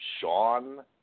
Sean